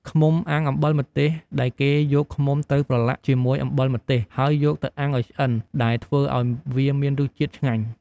ឃ្មុំអាំងអំបិលម្ទេស ដែលគេយកឃ្មុំទៅប្រឡាក់ជាមួយអំបិលម្ទេស ហើយយកទៅអាំងឱ្យឆ្អិន ដែលធ្វើឱ្យវាមានរសជាតិឆ្ងាញ់។